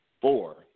four